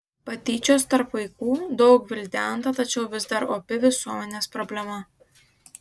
patyčios tarp vaikų daug gvildenta tačiau vis dar opi visuomenės problema